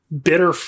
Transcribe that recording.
bitter